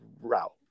route